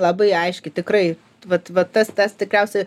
labai aiškiai tikrai vat vat tas tas tikriausiai